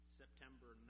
september